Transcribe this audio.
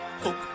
Hope